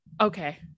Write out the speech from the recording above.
okay